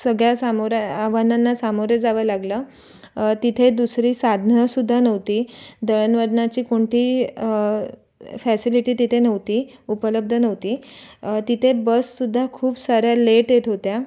सगळया सामोऱ्या आव्हानांना सामोरं जावं लागलं तिथे दुसरी साधनंसुद्धा नव्हती दळणवळणाची कोणती फॅसिलिटी तिथे नव्हती उपलब्ध नव्हती तिते बससुद्धा खूप साऱ्या लेट येत होत्या